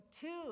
two